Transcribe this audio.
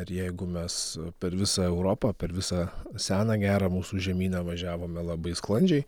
ir jeigu mes per visą europą per visą seną gerą mūsų žemyną važiavome labai sklandžiai